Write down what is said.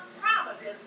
promises